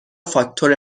فاکتور